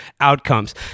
outcomes